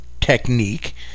technique